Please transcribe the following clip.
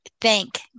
thank